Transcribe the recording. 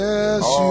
Yes